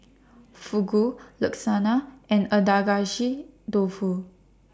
Fugu Lasagna and Agedashi Dofu